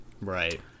Right